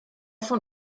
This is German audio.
von